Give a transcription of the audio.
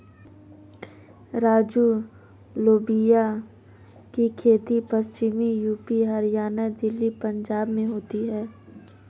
राजू लोबिया की खेती पश्चिमी यूपी, हरियाणा, दिल्ली, पंजाब में होती है